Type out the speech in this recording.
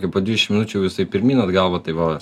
jau po dvidešimt minučių jisai pirmyn atgal va taip va